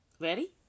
Ready